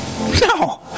No